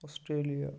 Australia